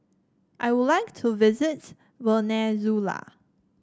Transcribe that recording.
I would like to visit Venezuela